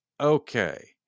Okay